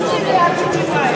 כל הציבור שלי אקדמאים.